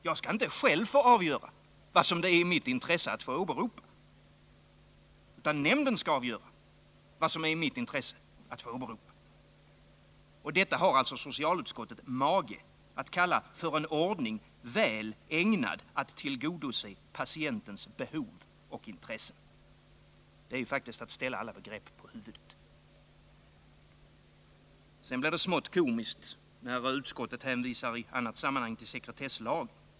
Jag skall inte själv få avgöra vad som är i mitt intresse att åberopa, utan nämnden skall avgöra vad som är i mitt intresse att åberopa. Och detta har alltså socialutskottet mage att kalla för en ordning, väl ägnad att tillgodose patientens behov och intressen. Det är ju faktiskt att ställa alla begrepp på huvudet. Sedan blir det smått komiskt när utskottet i annat sammanhang hänvisar till sekretesslagen.